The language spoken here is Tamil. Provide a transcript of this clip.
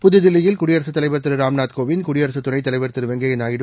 புதுதில்லியில் குடியரசுத் தலைவர் திருராம்நாத் கோவிந்த் குடியரசுதுணைத்தலைவர் திருவெங்கையாநாயுடு